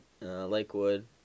Lakewood